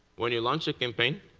when you launch a campaign,